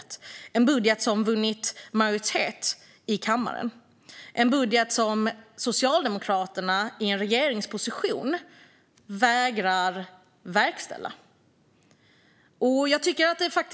Det är en budget som har vunnit majoritet i kammaren, en budget som Socialdemokraterna i regeringsposition vägrar att verkställa. Herr talman!